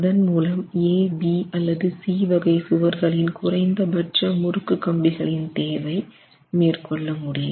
அதன் மூலம் AB அல்லது C வகை சுவர்களின் குறைந்த பட்ச முறுக்கு கம்பிகளின் தேவை மேற்கொள்ள முடியும்